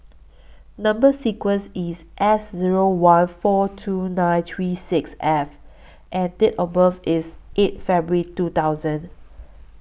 Number sequence IS S Zero one four two nine three six F and Date of birth IS eighth February two thousand